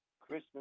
Christmas